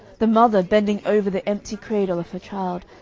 the mother bending over the empty cradle of her child,